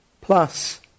Plus